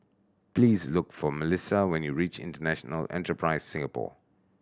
please look for Melisa when you reach International Enterprise Singapore